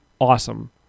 awesome